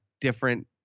different